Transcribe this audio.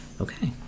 Okay